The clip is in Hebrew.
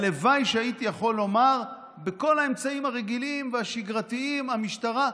הלוואי שהייתי יכול לומר שבכל האמצעים הרגילים והשגרתיים המשטרה,